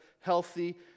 healthy